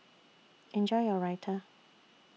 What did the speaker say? Enjoy your Raita